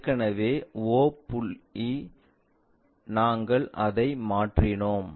ஏற்கனவே o புள்ளி நாங்கள் அதை மாற்றினோம்